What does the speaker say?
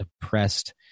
depressed